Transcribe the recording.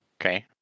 Okay